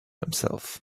himself